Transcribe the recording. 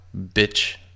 Bitch